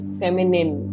feminine